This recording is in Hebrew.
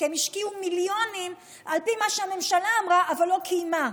כי הם השקיעו מיליונים על פי מה שהממשלה אמרה אבל לא קיימה.